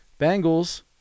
Bengals